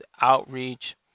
outreach